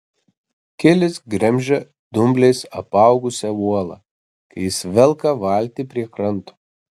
kilis gremžia dumbliais apaugusią uolą kai jis velka valtį prie kranto